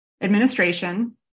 administration